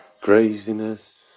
craziness